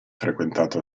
frequentato